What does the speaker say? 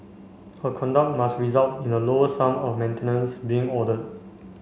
her conduct must result in a lower sum of maintenance being ordered